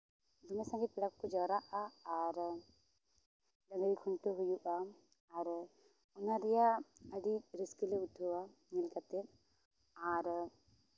ᱫᱚᱢᱮ ᱥᱟᱸᱜᱮ ᱯᱮᱲᱟ ᱠᱚ ᱠᱚ ᱡᱟᱣᱨᱟᱜᱼᱟ ᱟᱨ ᱰᱟᱹᱝᱨᱤ ᱠᱷᱩᱱᱴᱟᱹᱣ ᱦᱩᱭᱩᱜᱼᱟ ᱟᱨ ᱚᱱᱟ ᱨᱮᱭᱟᱜ ᱟᱹᱰᱤ ᱨᱟᱹᱥᱠᱟ ᱞᱮ ᱵᱩᱡᱷᱟᱹᱣᱟ ᱧᱮᱞ ᱠᱟᱛᱮ ᱟᱨ